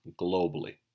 globally